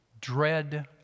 dread